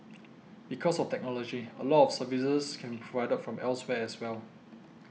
because of technology a lot of services can be provided from elsewhere as well